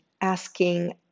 asking